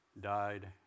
died